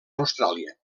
austràlia